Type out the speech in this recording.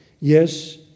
Yes